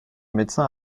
médecin